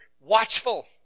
watchful